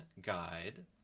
guide